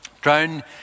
Drone